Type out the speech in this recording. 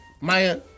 Maya